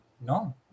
No